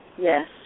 Yes